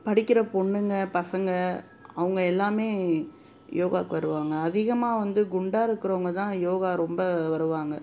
படிக்கிற பொண்ணுங்கள் பசங்கள் அவங்க எல்லாமே யோகாவுக்கு வருவாங்க அதிகமாக வந்து குண்டாக இருக்கிறவங்கதான் யோகா ரொம்ப வருவாங்க